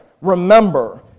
remember